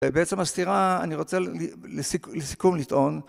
בעצם הסתירה אני רוצה לסיכום לטעון